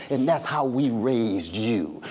and that's how we raised you.